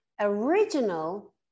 original